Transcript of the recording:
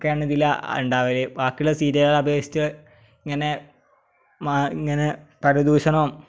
ഒക്കെയാണ് ഇതിൽ ഉണ്ടാകൽ ബാക്കിയുള്ള സീരിയലുകളെ അപേക്ഷിച്ച് ഇങ്ങനെ ഇങ്ങനെ പരദൂഷണവും